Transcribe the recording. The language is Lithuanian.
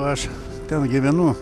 aš ten gyvenu